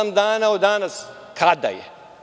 Osam dana od danas kada je?